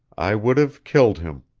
i would have killed him,